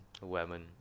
Women